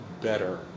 better